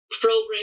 program